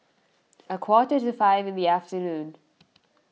a quarter to five in the afternoon